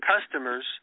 customers